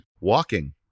Walking